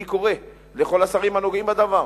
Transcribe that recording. אני קורא לכל השרים הנוגעים בדבר,